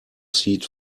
seat